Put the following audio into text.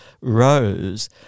rose